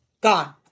gone